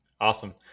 Awesome